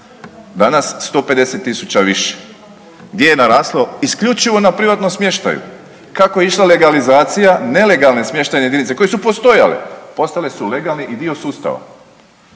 danas 150 tisuća više, gdje je naraslo isključivo na privatnom smještaju. Kako je išla legalizacija, nelegalne smještajne jedinice koje su postojale, postale su legalne i dio sustava